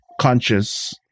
conscious